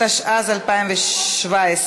התשע"ז 2017,